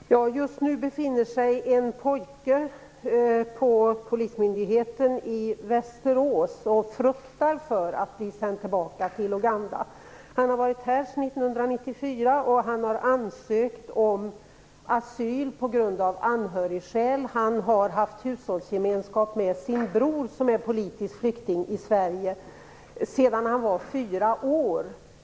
Fru talman! Just nu befinner sig en pojke på polismyndigheten i Västerås och fruktar för att bli sänd tillbaka till Uganda. Han har varit här sedan 1994, och han har ansökt om asyl på grund av anhörigskäl. Han har haft hushållsgemenskap med sin bror, som är politisk flykting i Sverige, sedan har var fyra år.